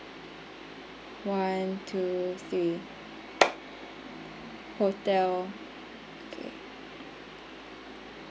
one two three hotel okay